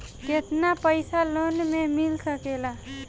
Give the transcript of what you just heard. केतना पाइसा लोन में मिल सकेला?